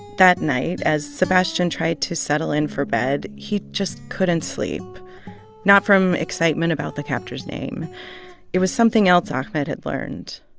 that night, as sebastian tried to settle in for bed, he just couldn't sleep not from excitement about the captor's name it was something else ahmed had learned.